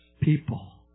people